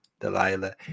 Delilah